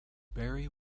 berry